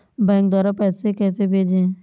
Bank द्वारा पैसे कैसे भेजें?